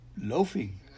loafing